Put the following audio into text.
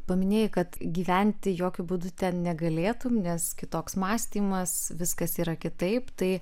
paminėjai kad gyventi jokiu būdu ten negalėtum nes kitoks mąstymas viskas yra kitaip tai